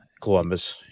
Columbus